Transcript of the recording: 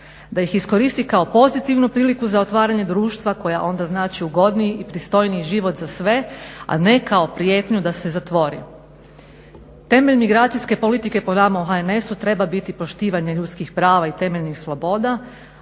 da ih iskoristi kao pozitivnu priliku za otvaranje društva koja onda znači ugodniji i pristojniji život za sve, a ne kao prijetnju da se zatvori. Temelj migracijske politike po nama u HNS-u treba biti poštivanje ljudskih prava i temeljnih sloboda,